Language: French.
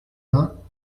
vingts